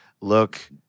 look